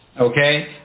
Okay